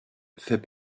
fait